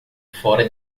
fora